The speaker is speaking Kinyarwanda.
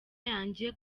yanjye